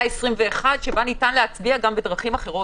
ה-21 בה ניתן להצביע גם בדרכים אחרות?